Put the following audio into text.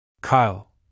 Kyle